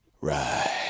Right